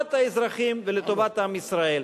לטובת האזרחים ולטובת עם ישראל?